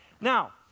now